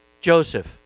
Joseph